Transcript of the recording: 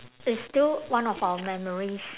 it's still one of our memories